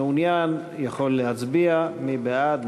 מי שמעוניין יכול להצביע, מי בעד?